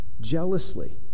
jealously